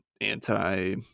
anti